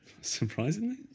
Surprisingly